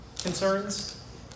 Concerns